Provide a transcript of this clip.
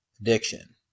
addiction